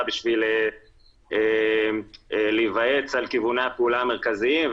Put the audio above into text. בשביל להיוועץ על כיווני הפעולה המרכזיים,